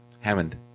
Hammond